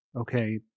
okay